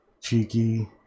cheeky